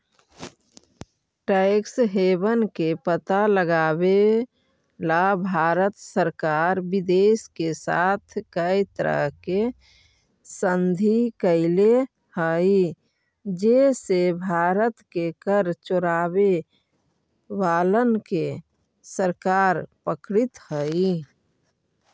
tax haven के पता लगावेला भारत सरकार विदेश के साथ कै तरह के संधि कैले हई जे से भारत के कर चोरावे वालन के सरकार पकड़ित हई